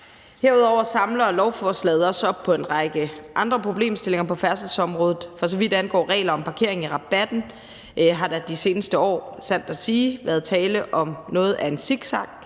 Herudover samler lovforslaget op på en række andre problemstillinger på færdselsområdet. For så vidt angår regler om parkering i rabatten, har der i de seneste år sandt at sige været tale om noget af en zigzagkurs.